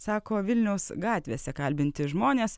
sako vilniaus gatvėse kalbinti žmonės